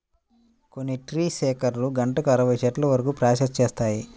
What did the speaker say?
కొన్ని ట్రీ షేకర్లు గంటకు అరవై చెట్ల వరకు ప్రాసెస్ చేస్తాయి